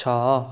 ଛଅ